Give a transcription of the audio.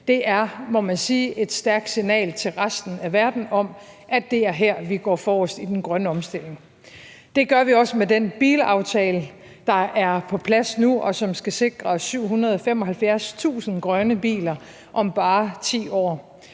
sige, et stærkt signal til resten af verden om, at det er her, vi går forrest i den grønne omstilling. Det gør vi også med den bilaftale, der er på plads nu, og som skal sikre 775.000 grønne biler om bare 10 år.